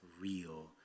real